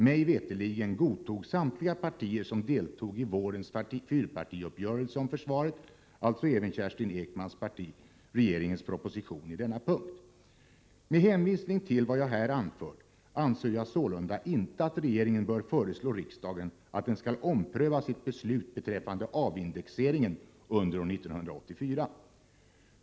Mig veterligen godtog samtliga partier som deltog i vårens fyrpartiuppgörelse om försvaret, alltså även Kerstin Ekmans parti, regeringens proposition på denna punkt. Med hänvisning till vad jag här anfört anser jag sålunda inte att regeringen bör föreslå riksdagen att den skall ompröva sitt beslut beträffande avindexeringen under år 1984.